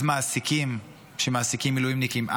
אז מעסיקים שמעסיקים מילואימניקים,